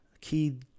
key